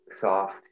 soft